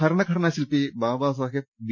ഭരണഘടനാ ശില്പി ബാബാ സാഹേബ് ബി